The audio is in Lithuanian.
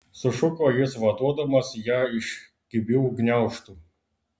sušuko jis vaduodamas ją iš kibių gniaužtų